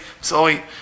Sorry